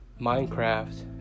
Minecraft